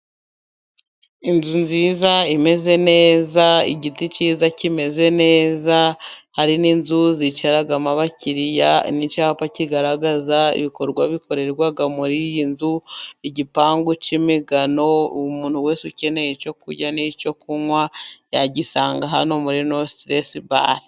Inzu nziza imeze neza igiti cyiza kimeze neza, hari n'inzu zicaramo abakiriya, n'icyapa kigaragaza ibikorwa bikorerwa muri iyi nzu igipangu cy'imigano, umuntu wese ukeneye icyo kurya n'icyo kunywa yagisanga hano muri nostresibare.